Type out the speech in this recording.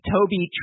Toby